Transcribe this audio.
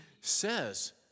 says